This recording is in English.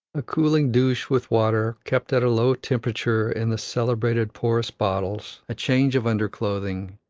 a cooling douche with water kept at a low temperature in the celebrated porous bottles, a change of underclothing,